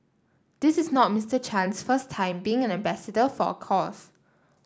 this is not Mister Chan's first time being an ambassador for a cause